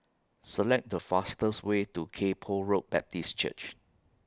Select The fastest Way to Kay Poh Road Baptist Church